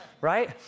right